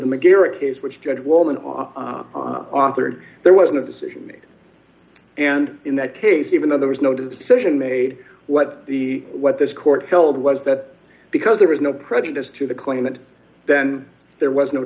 the macquarie case which judge woman off authored there wasn't a decision and in that case even though there was no decision made what the what this court held was that because there was no prejudice to the claimant then there was no